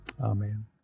Amen